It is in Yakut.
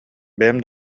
бэйэм